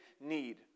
need